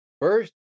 First